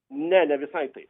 ne ne visai taip